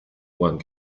ohren